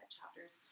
chapters